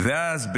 ואז,